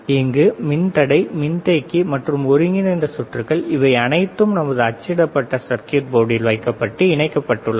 இங்கு மின்தடை மின்தேக்கி மற்றும் ஒருங்கிணைந்த சுற்றுகள் இவை அனைத்தும் நமது அச்சிடப்பட்ட சர்க்யூட் போர்டில் வைக்கப்பட்டு இணைக்கப்பட்டுள்ளது